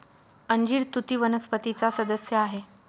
अंजीर तुती वनस्पतीचा सदस्य आहे